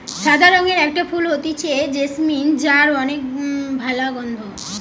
সাদা রঙের একটা ফুল হতিছে জেসমিন যার অনেক ভালা গন্ধ